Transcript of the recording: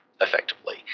effectively